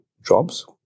jobs